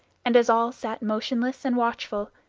and as all sat motionless and watchful,